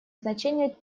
значение